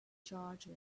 charger